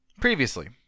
Previously